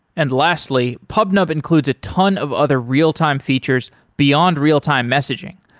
and lastly, pubnub includes a ton of other real-time features beyond real-time messaging,